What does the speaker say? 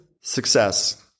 success